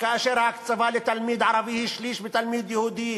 כאשר ההקצבה לתלמיד ערבי היא שליש מלתלמיד יהודי,